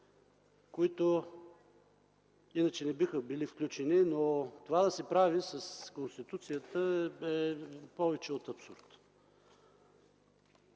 които иначе не биха били включени. Но това да се прави с Конституцията е повече от абсурд.